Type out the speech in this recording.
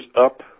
up